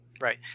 Right